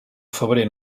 febrer